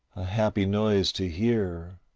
a happy noise to hear.